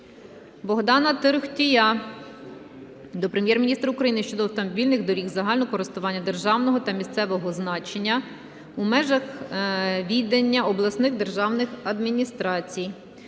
Богдана Торохтія до Прем'єр-міністра України щодо автомобільних доріг загального користування державного та місцевого значення у межах відання обласних державних адміністрацій.